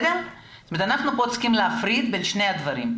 אנחנו כאן צריכים להפריד בין שני הדברים.